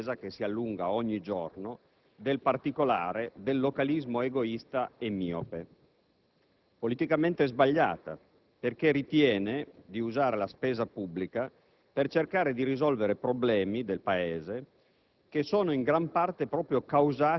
ma pagando una lista della spesa - che si allunga ogni giorno - del particolare, del localismo egoista e miope. È politicamente sbagliato perché ritiene di usare la spesa pubblica per cercare di risolvere problemi del Paese